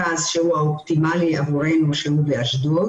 אנחנו פנינו מספר פעמים די להרחיב את המענים,